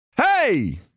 Hey